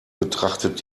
betrachtet